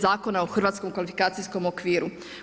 Zakona o hrvatskom kvalifikacijskom okviru.